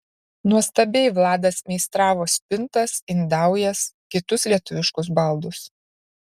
nuostabiai vladas meistravo spintas indaujas kitus lietuviškus baldus